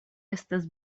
estas